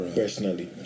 personally